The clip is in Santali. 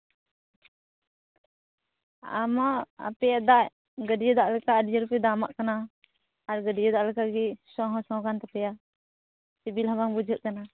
ᱟᱢᱟᱜ ᱟᱯᱮᱭᱟᱜ ᱫᱟᱜ ᱜᱟᱹᱰᱭᱟᱹ ᱫᱟᱜ ᱞᱮᱠᱟ ᱟᱹᱰᱤᱡᱳᱨᱯᱮ ᱫᱟᱢᱟᱜ ᱠᱟᱱᱟ ᱟᱨ ᱜᱟᱹᱰᱭᱟᱹ ᱫᱟᱜ ᱞᱮᱠᱟᱜᱮ ᱥᱚ ᱦᱚᱸ ᱥᱚ ᱠᱟᱱ ᱛᱟᱯᱮᱭᱟ ᱥᱤᱵᱤᱞ ᱦᱚᱸ ᱵᱟᱝ ᱵᱩᱡᱷᱟᱹᱜ ᱠᱟᱱᱟ